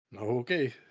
Okay